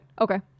Okay